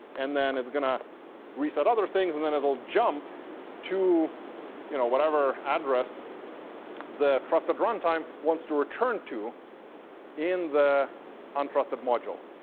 and then it's going to reset other things, and then it'll jump to you know whatever address the trusted runtime wants to return to in the untrusted module.